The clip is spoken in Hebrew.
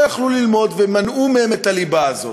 יכלו ללמוד ומנעו מהם את הליבה הזאת.